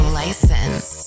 license